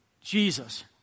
Jesus